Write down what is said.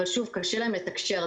אבל קשה להם לתקשר.